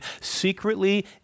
secretly